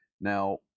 Now